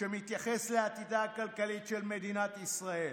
מתייחס לעתידה הכלכלי של מדינת ישראל.